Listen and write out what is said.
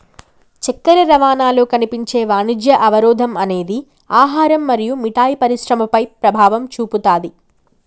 చక్కెర రవాణాలో కనిపించే వాణిజ్య అవరోధం అనేది ఆహారం మరియు మిఠాయి పరిశ్రమపై ప్రభావం చూపుతాది